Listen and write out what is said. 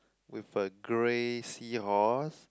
with a grey seahorse